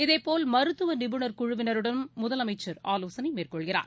இதேபோல் மருத்துவநிபுணர் குழுவினருடனும் முதலமைச்சர் ஆலோசனைமேற்கொள்கிறார்